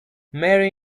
marry